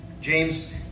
James